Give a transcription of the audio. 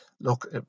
Look